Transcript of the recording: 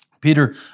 Peter